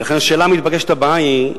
ולכן, השאלה המתבקשת הבאה היא,